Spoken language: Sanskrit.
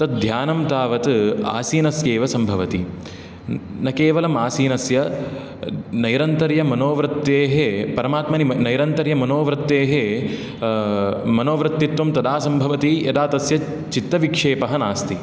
तद् ध्यानं तावत् आसीनस्यैव सम्भवति न केवलम् आसीनस्य नैरन्तर्यमनोवृत्तेः परमात्मनि नैरन्तर्यमनोवृत्तेः मनोवृत्तित्वं तदा सम्भवति यदा तस्य चित्तविक्षेपः नास्ति